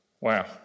Wow